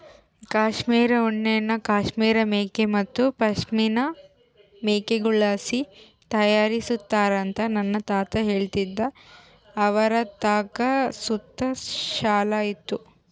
ಕಾಶ್ಮೀರ್ ಉಣ್ಣೆನ ಕಾಶ್ಮೀರ್ ಮೇಕೆ ಮತ್ತೆ ಪಶ್ಮಿನಾ ಮೇಕೆಗುಳ್ಳಾಸಿ ತಯಾರಿಸ್ತಾರಂತ ನನ್ನ ತಾತ ಹೇಳ್ತಿದ್ದ ಅವರತಾಕ ಸುತ ಶಾಲು ಇತ್ತು